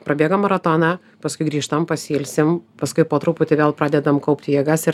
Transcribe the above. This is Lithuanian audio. prabėgam maratoną paskui grįžtam pasiilsim paskui po truputį vėl pradedam kaupti jėgas ir